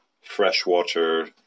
freshwater